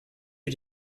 you